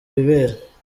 ibere